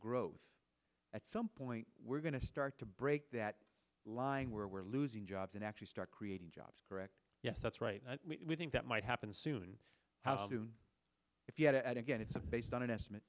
growth at some point we're going to start to break that line where we're losing jobs and actually start creating jobs correct yes that's right and we think that might happen soon how soon if you had to add again it's based on an estimate